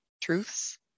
truths